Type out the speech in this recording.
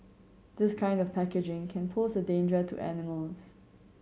this kind of packaging can pose a danger to animals